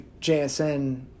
JSN